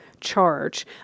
charge